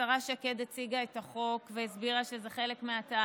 השרה שקד הציגה את החוק והסבירה שזה חלק מהתהליך